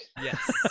Yes